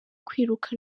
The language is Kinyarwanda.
kwiruka